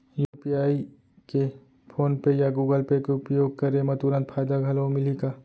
UPI के PhonePe या Google Pay के उपयोग करे म तुरंत फायदा घलो मिलही का?